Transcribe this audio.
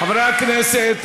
חברי הכנסת,